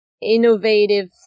innovative